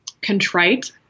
contrite